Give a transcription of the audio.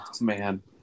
man